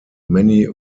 many